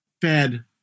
Fed